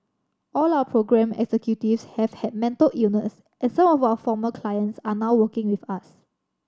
all our programme executives have had mental illness and some of our former clients are now working with us